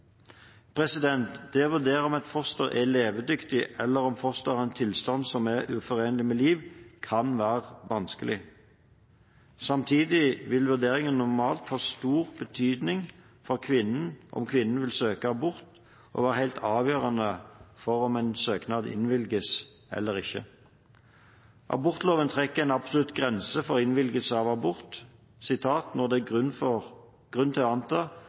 Det å vurdere om et foster er levedyktig, eller om fosteret har en tilstand som er uforenelig med liv, kan være vanskelig. Samtidig vil vurderingen normalt ha stor betydning for om kvinnen vil søke abort, og være helt avgjørende for om en søknad innvilges eller ikke. Abortloven trekker en absolutt grense for innvilgelse av abort «når det er grunn til å anta